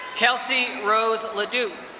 kelsey rose ledoux.